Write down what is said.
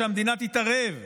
שהמדינה תתערב,